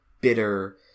bitter